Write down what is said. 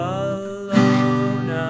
alone